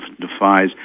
defies